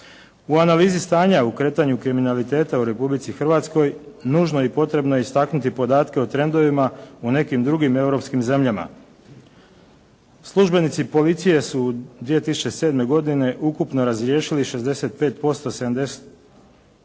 U analizi stanja u kretanju kriminaliteta u Republici Hrvatskoj nužno je potrebno istaknuti podatke o trendovima u nekim drugim europskim zemljama. Službenici policije su 2007. godine ukupno razriješili 65%, 76%